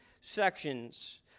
sections